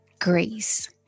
grace